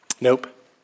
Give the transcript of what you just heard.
Nope